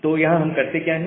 तो यहां हम क्या करते हैं